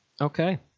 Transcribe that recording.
Okay